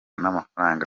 n’amafaranga